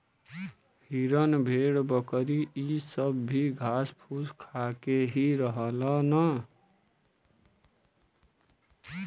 हिरन भेड़ बकरी इ सब भी घास फूस खा के ही रहलन